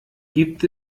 gibt